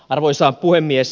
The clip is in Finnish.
arvoisa puhemies